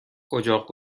اجاق